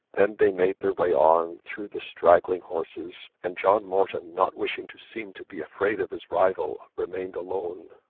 then they made their way on through the straggling horses, and john morton, not wishing to seem to be afraid of his rival, remained alone.